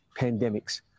pandemics